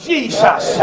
Jesus